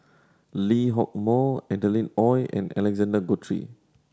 Lee Hock Moh Adeline Ooi and Alexander Guthrie